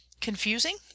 confusing